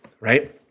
right